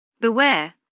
Beware